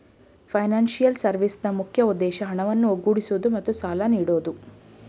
financial ಸರ್ವಿಸ್ನ ಮುಖ್ಯ ಉದ್ದೇಶ ಹಣವನ್ನು ಒಗ್ಗೂಡಿಸುವುದು ಮತ್ತು ಸಾಲ ನೀಡೋದು